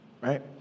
Right